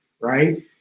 right